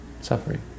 Suffering